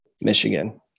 michigan